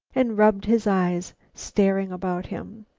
and, rubbing his eyes, stared about him.